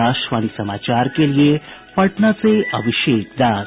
आाकाशवाणी समाचार के लिए पटना से अभिषेक दास